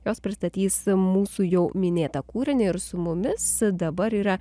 jos pristatys mūsų jau minėtą kūrinį ir su mumis dabar yra